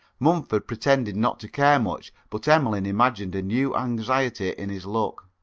mumford pretended not to care much, but emmeline imagined a new anxiety in his look.